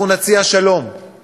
אנחנו נציע שלום,